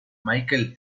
michel